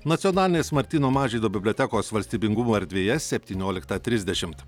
nacionalinės martyno mažvydo bibliotekos valstybingumo erdvėje septynioliktą trisdešimt